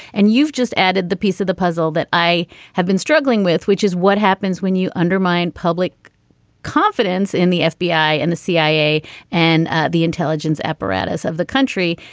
and you've just added the piece of the puzzle that i have been struggling with which is what happens when you undermine public confidence in the fbi and the cia and ah the intelligence apparatus of the country.